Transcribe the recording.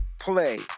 play